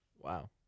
Wow